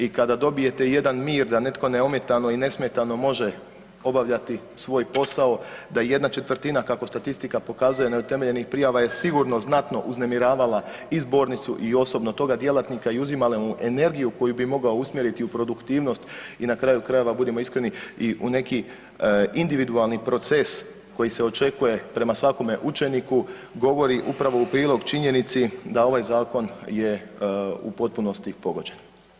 I kada dobijete jedan mir da netko neometano i nesmetano može obavljati svoj posao da jedna četvrtina kako statistika pokazuje neutemeljenih prijava je sigurno znatno uznemiravala i zbornicu i osobno toga djelatnika i uzimala mu energiju koju bi mogao usmjeriti u produktivnost i na kraju krajeva budimo iskreni i u neki individualni proces koji se očekuje prema svakome učeniku govori upravo u prilog činjenici da ovaj zakon je u potpunosti pogođen.